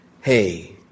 Hey